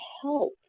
help